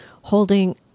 holding